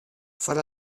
foar